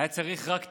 היה צריך רק תירוץ.